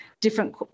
different